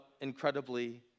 incredibly